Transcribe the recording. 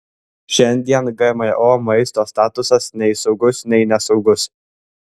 šiandien gmo maisto statusas nei saugus nei nesaugus